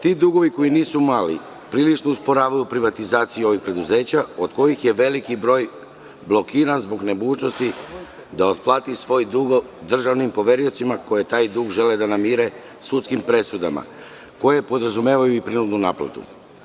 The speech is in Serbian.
Ti dugovi koji nisu mali prilično usporavaju privatizaciju ovih preduzeća, od kojih je veliki broj blokiran zbog nemogućnosti da otplati svoj dug državnim poveriocima koji taj dug žele da namire sudskim presudama, koje podrazumevaju i prinudnu naplatu.